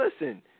Listen